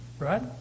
Right